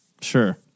Sure